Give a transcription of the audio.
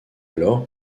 alors